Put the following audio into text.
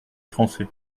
français